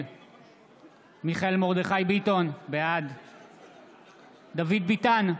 נגד מיכאל מרדכי ביטון, בעד דוד ביטן,